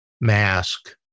Mask